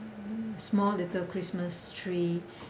small little christmas tree